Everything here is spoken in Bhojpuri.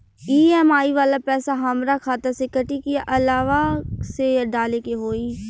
ई.एम.आई वाला पैसा हाम्रा खाता से कटी की अलावा से डाले के होई?